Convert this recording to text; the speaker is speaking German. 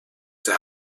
der